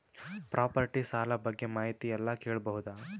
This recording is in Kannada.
ಪ್ರಾಪರ್ಟಿ ಸಾಲ ಬಗ್ಗೆ ಮಾಹಿತಿ ಎಲ್ಲ ಕೇಳಬಹುದು?